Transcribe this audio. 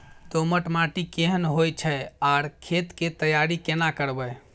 दोमट माटी केहन होय छै आर खेत के तैयारी केना करबै?